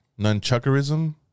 Nunchuckerism